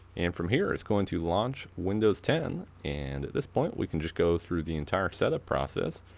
and from here it's going to launch windows ten, and at this point we can just go through the entire setup process.